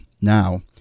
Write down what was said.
Now